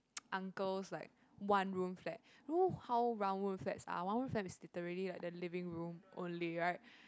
uncle's like one room flat you know how one room flats are one room flats are literally like there living room only right